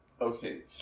Okay